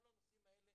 כל הנושאים האלה